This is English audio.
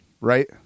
right